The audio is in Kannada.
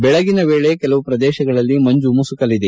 ಬೆಳಗಿನ ವೇಳೆ ಕೆಲವು ಪ್ರದೇಶಗಳಲ್ಲಿ ಮಂಜು ಮುಸುಕಲಿದೆ